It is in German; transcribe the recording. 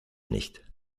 nicht